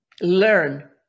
Learn